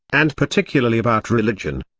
and particularly about religion.